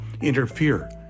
interfere